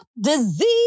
disease